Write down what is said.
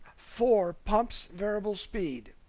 four pumps variable speed,